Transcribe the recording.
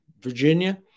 Virginia